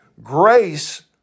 grace